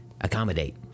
accommodate